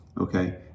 okay